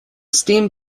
steam